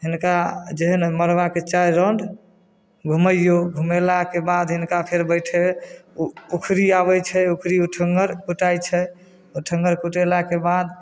हिनका जे है ने मरबाके चारि राउण्ड घुमैयो घुमेलाके बाद हिनका फेर बैठे ओखरी आबै छै ओखरी ओठङ्गर कुटाइ छै ओठङ्गर कुटेलाके बाद